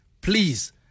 please